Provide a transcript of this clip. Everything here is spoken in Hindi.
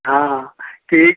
हाँ ठीक